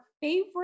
favorite